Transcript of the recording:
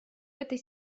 этой